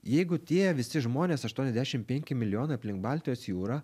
jeigu tie visi žmonės aštuoniasdešim penki milijonai aplink baltijos jūrą